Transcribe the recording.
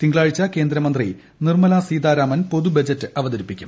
തിങ്കളാഴ്ച്ച് കേന്ദ്രമന്ത്രി നിർമ്മല സീതാരാമൻ പൊതുബജറ്റ് അവതരിപ്പിക്കും